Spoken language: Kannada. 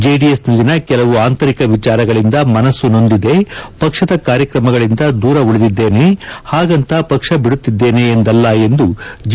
ಜೆಡಿಎಸ್ನಲ್ಲಿನ ಕೆಲವು ಆಂತರಿಕ ವಿಚಾರಗಳಿಂದ ಮನಸ್ಸು ನೊಂದಿದೆ ಪಕ್ಷದ ಕಾರ್ಯಕ್ರಮಗಳಿಂದ ದೂರ ಉಳಿದಿದ್ದೇನೆ ಹಾಗಂತ ಪಕ್ಷ ಬಿಡುತ್ತಿದ್ದೇನೆ ಎಂದಲ್ಲ ಎಂದು ಜಿ